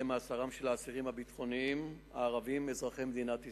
מאסרם של האסירים הביטחוניים הערבים אזרחי מדינת ישראל.